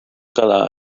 cada